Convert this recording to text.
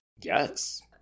Yes